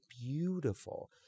beautiful